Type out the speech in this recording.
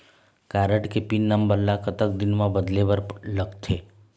Card के pin number ला कतक दिन म बदले बर लगथे?